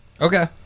okay